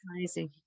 Amazing